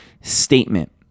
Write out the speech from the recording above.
statement